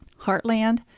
Heartland